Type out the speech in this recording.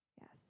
Yes